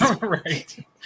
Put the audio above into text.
Right